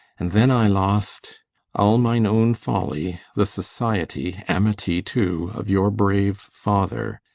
and then i lost all mine own folly the society, amity too, of your brave father,